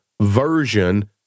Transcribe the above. version